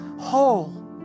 whole